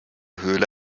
höhle